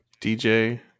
DJ